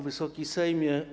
Wysoki Sejmie!